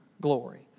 glory